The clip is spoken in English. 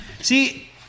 See